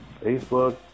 Facebook